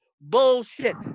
Bullshit